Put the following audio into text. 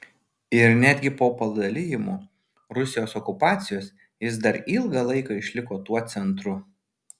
ir netgi po padalijimų rusijos okupacijos jis dar ilgą laiką išliko tuo centru